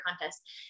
contest